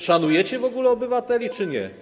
Szanujecie w ogóle obywateli, czy nie?